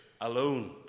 alone